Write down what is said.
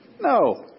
No